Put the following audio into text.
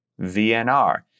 vnr